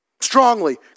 strongly